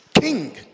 king